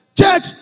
Church